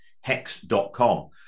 hex.com